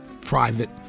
private